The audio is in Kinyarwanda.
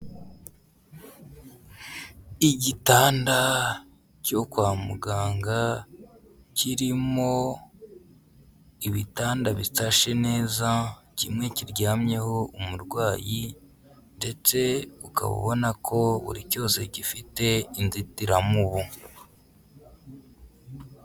Igitanda cyo kwa muganga kirimo ibitanda bisashe neza kimwe kiryamyeho umurwayi ndetse ukaba ubona ko buri cyose gifite inzitiramubu.